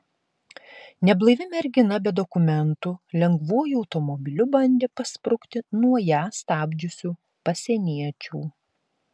neblaivi mergina be dokumentų lengvuoju automobiliu bandė pasprukti nuo ją stabdžiusių pasieniečių